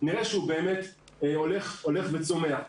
נראה שהוא באמת הולך וצומח,